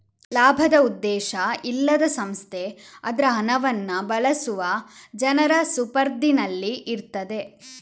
ಲಾಭದ ಉದ್ದೇಶ ಇಲ್ಲದ ಸಂಸ್ಥೆ ಅದ್ರ ಹಣವನ್ನ ಬಳಸುವ ಜನರ ಸುಪರ್ದಿನಲ್ಲಿ ಇರ್ತದೆ